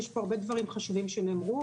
יש פה הרבה דברים חשובים שנאמרו,